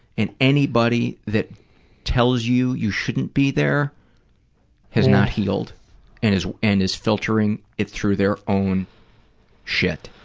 and anybody that tells you you shouldn't be there has not healed and is and is filtering it through their own shit.